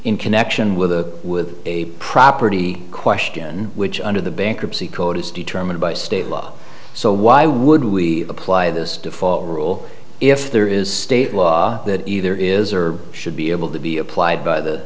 in connection with the with a property question which under the bankruptcy code is determined by state law so why would we apply this rule if there is state law that either is or should be able to be applied by the